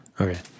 Okay